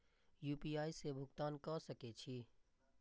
UPI से भुगतान क सके छी?